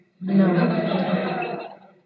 No